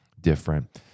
different